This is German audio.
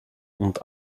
und